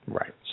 Right